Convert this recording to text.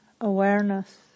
awareness